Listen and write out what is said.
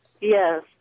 Yes